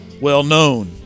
well-known